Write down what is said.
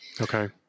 Okay